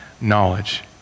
knowledge